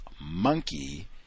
monkey